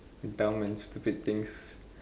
dumb and stupid things